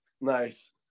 Nice